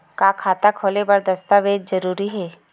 का खाता खोले बर दस्तावेज जरूरी हे?